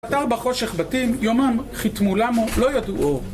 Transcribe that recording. חָתַ֥ר בַּחֹ֗שֶׁךְ בָּ֫תִּ֥ים יוֹמָ֥ם חִתְּמוּ־לָ֗מוֹ לֹא־יָ֥דְעוּ אֽוֹר